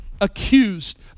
accused